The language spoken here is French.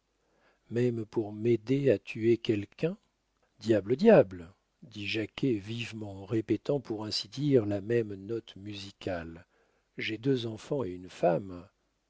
même pour m'aider à tuer quelqu'un diable diable dit jacquet vivement en répétant pour ainsi dire la même note musicale j'ai deux enfants et une femme